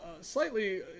slightly